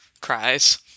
cries